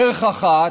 דרך אחת: